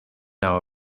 now